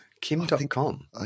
Kim.com